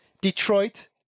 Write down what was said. Detroit